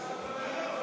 חברי הכנסת,